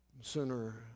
Sooner